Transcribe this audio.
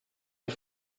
die